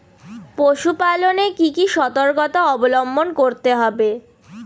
পশুপালন এ কি কি সর্তকতা অবলম্বন করতে হবে?